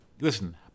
listen